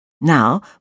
Now